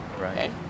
right